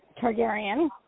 Targaryen